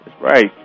right